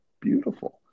beautiful